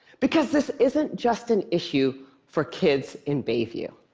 because this isn't just an issue for kids in bayview.